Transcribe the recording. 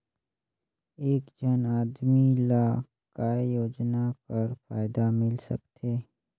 एक झन आदमी ला काय योजना कर फायदा मिल सकथे?